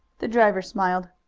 the driver smiled.